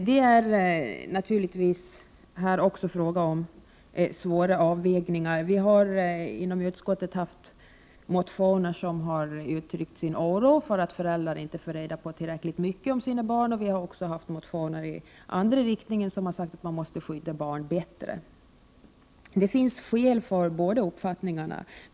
Det är naturligtvis här fråga om svåra avvägningar. Vi har i utskottet haft motioner att behandla där man uttrycker oro för att föräldrar inte får reda på tillräckligt mycket om sina barn. Vi har också behandlat motioner som går i motsatt riktning, där man sagt att man måste skydda barn bättre. Det finns skäl att beakta båda uppfattningarna.